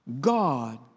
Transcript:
God